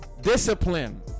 Discipline